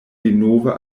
denove